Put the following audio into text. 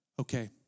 Okay